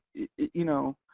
you know,